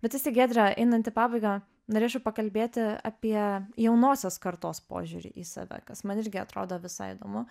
bet vis tik giedre einant į pabaigą norėčiau pakalbėti apie jaunosios kartos požiūrį į save kas man irgi atrodo visai įdomu